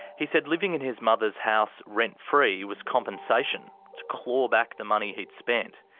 he said living in his mother's house rent-free was compensation, to claw back the money he'd spent.